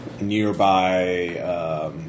nearby